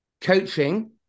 coaching